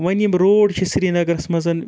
وۄنۍ یِم روڈ چھِ سریٖنَگرَس منٛز